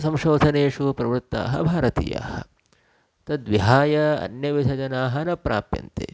संशोधनेषु प्रवृत्ताः भारतीयाः तद्विहाय अन्यविधजनाः न प्राप्यन्ते